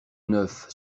neuf